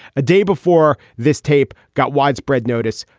a day before this tape got widespread notice,